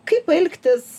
kaip elgtis